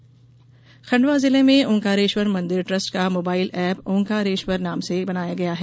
ओंकारेश्वर खंडवा जिले में ओंकारेश्वर मंदिर ट्रस्ट का मोबाइल एप ओंकारेश्वर नाम से बनाया गया है